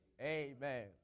Amen